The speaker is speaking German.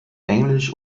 englisch